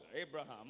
Abraham